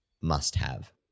must-have